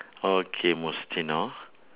okay mustino